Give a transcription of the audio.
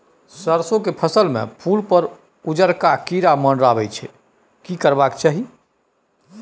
सरसो के फसल में फूल पर उजरका कीरा मंडराय छै की करबाक चाही?